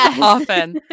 Often